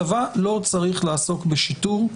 צבא לא צריך לעסוק בשיטור.